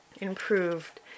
improved